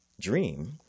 dream